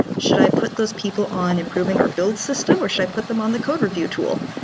should i put those people on improving our build system or should i put them on the code review tool?